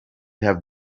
have